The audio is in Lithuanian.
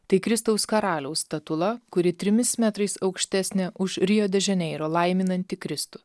tai kristaus karaliaus statula kuri trimis metrais aukštesnė už rio dežaneiro laiminantį kristų